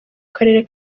karere